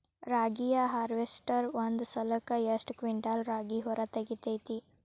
ರಾಗಿಯ ಹಾರ್ವೇಸ್ಟರ್ ಒಂದ್ ಸಲಕ್ಕ ಎಷ್ಟ್ ಕ್ವಿಂಟಾಲ್ ರಾಗಿ ಹೊರ ತೆಗಿತೈತಿ?